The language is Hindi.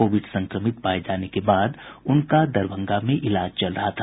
कोविड संक्रमित पाये जाने के बाद उनका दरभंगा में इलाज चल रहा था